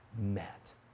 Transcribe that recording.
met